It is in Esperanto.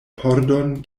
pordon